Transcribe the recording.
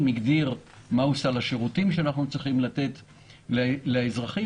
הגדיר מה הוא סל השירותים שאנחנו צריכים לתת לאזרחים,